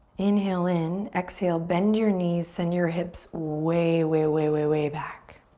inhale in. exhale, bend your knees send your hips way, way, way, way, way back.